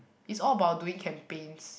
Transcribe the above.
it's all about doing campaigns